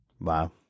Wow